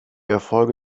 erfolge